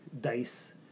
dice